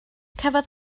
cafodd